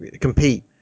compete